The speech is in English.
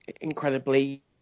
incredibly